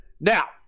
Now